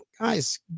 guys